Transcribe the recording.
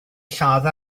lladd